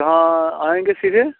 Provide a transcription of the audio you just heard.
कहाँ आएंगे सीधे